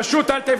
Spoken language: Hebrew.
פשוט אל תאיימו.